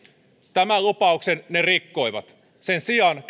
tämän lupauksen ne rikkoivat sen sijaan